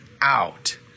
out